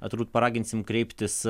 na turbūt paraginsim kreiptis